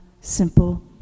simple